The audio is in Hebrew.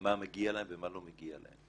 מה מגיע להם ומה לא מגיע להם.